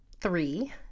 three